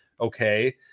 okay